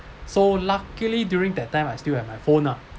so luckily during that time I still have my phone lah